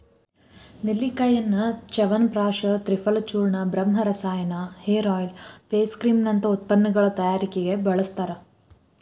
ನೆಲ್ಲಿಕಾಯಿಯನ್ನ ಚ್ಯವನಪ್ರಾಶ ತ್ರಿಫಲಚೂರ್ಣ, ಬ್ರಹ್ಮರಸಾಯನ, hair oil, face cream ನಂತ ಉತ್ಪನ್ನಗಳ ತಯಾರಿಕೆಗೆ ಬಳಸ್ತಾರ